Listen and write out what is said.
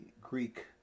Greek